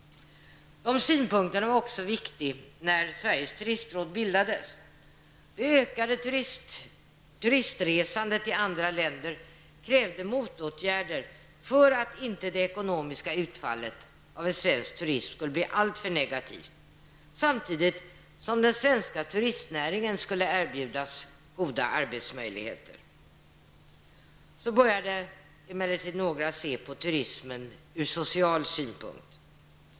De synpunkterna var också viktiga när Sveriges turistråd bildades. Det ökande turistresandet till andra länder krävde motåtgärder för att inte det ekonomiska utfallet av svensk turism skulle bli alltför negativt samtidigt som den svenska turistnäringen skulle erbjudas goda arbetsmöjligheter. Så började man emellertid se på turismen ur social synpunkt.